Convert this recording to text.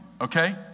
okay